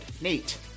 Nate